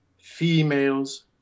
females